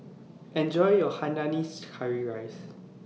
Enjoy your Hainanese Curry Rice